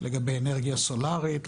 לגבי אנרגיה סולרית,